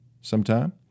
sometime